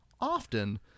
often